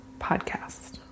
podcast